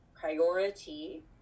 priority